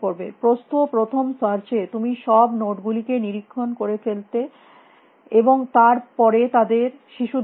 প্রস্থ প্রথম সার্চ এ তুমি সব নোড গুলিকে নিরীক্ষণ করে ফেলতে এবং তার পরে তাদের শিশুদের করতে